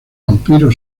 vampiro